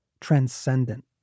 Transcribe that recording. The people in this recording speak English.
Transcendent